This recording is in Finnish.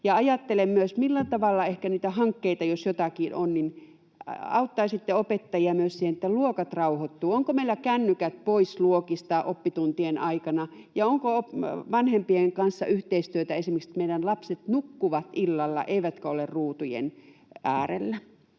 ajattelen myös, millä tavalla ehkä hankkeet, jos jotakin on, auttaisivat opettajia myös siinä, että luokat rauhoittuvat. Ovatko meillä kännykät pois luokista oppituntien aikana? Onko vanhempien kanssa yhteistyötä esimerkiksi siinä, että meidän lapset nukkuvat illalla eivätkä ole ruutujen äärellä?